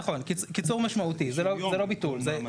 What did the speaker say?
נכון, קיצור משמעותי, זה לא ביטול.